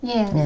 Yes